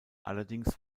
allerdings